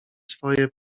swoje